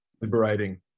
liberating